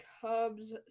Cubs